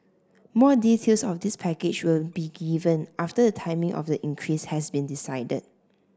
more details of this package will be given after the timing of the increase has been decided